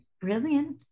Brilliant